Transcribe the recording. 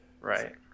Right